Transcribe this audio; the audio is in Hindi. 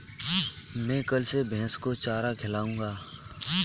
मैं कल से भैस को चारा खिलाऊँगा